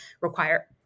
require